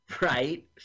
right